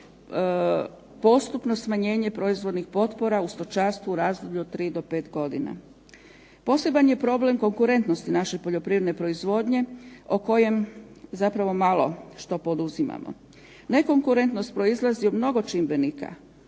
postupno smanjenje proizvodnih potpora u stočarstvu u razdoblju od 3 do 5 godina. Poseban je problem konkurentnosti naše poljoprivredne proizvodnje o kojem zapravo malo što poduzimamo. Nekonkurentnost proizlazi od mnogo čimbenika